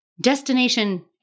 destination